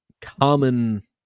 common